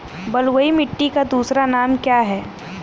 बलुई मिट्टी का दूसरा नाम क्या है?